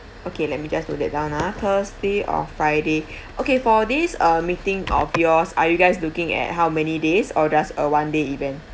okay let just note that down ah thursday or friday okay for this uh meeting of yours are you guys looking at how many days or just a one day event